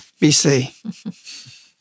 BC